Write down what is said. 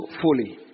fully